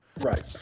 Right